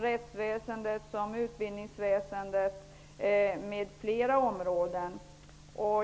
rättsväsendet, utbildningsväsendet m.m.